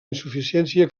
insuficiència